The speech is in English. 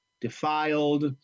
defiled